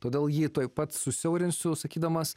todėl jį tuoj pat susiaurinsiu sakydamas